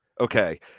Okay